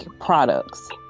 products